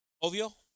obvio